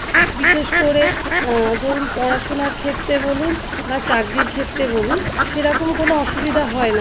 বিশেষ করে ধরুন পড়াশোনার ক্ষেত্রে বলুন বা চাকরির ক্ষেত্রে বলুন সেরকম কোনো অসুবিধা হয় না